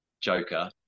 joker